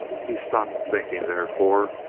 he stopped thinking, therefore,